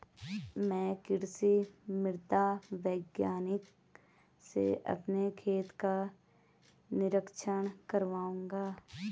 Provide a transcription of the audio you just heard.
मैं कृषि मृदा वैज्ञानिक से अपने खेत का निरीक्षण कराऊंगा